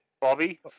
Bobby